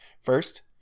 First